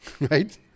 right